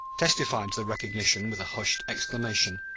testified to the recognition with a hushed exclamation,